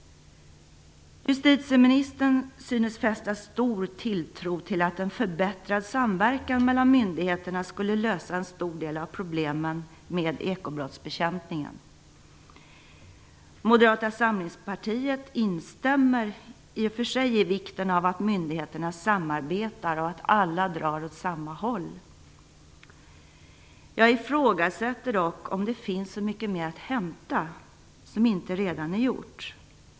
Justitieministern synes sätta stor tilltro till att en förbättrad samverkan mellan myndigheterna skulle lösa en stor del av problemen med ekobrottsbekämpningen. Moderata samlingspartiet instämmer i och för sig i vikten av att myndigheterna samarbetar och att alla drar åt samma håll. Jag ifrågasätter dock om det finns så mycket mer att hämta här som inte redan är gjort.